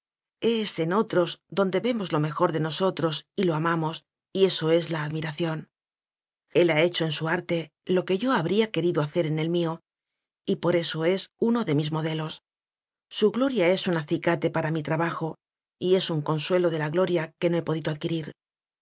es en otros donde vemos lo me jor de nosotros y lo amamos y eso es la ad miración el ha hecho en su arte lo que yo habría querido hacer en el mío y por eso es uno de mis modelos su gloria es un acicate para mi trabajo y es un consuelo de la glo ria que no he podido adquirir